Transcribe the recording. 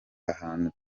ahantu